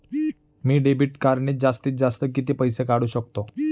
मी debit कार्डने जास्तीत जास्त किती पैसे काढू शकतो?